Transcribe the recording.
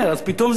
אני אומר לאבי,